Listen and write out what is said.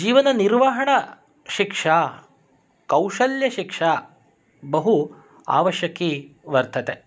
जीवननिर्वहणशिक्षा कौशल्यशिक्षा बहु आवश्यकी वर्तते